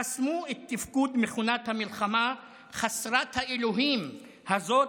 חסמו את תפקוד מכונת המלחמה חסרת האלוהים הזאת,